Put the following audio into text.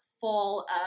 full